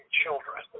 children